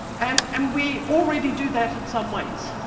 and and we already do that in some ways.